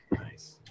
Nice